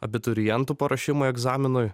abiturientų paruošimui egzaminui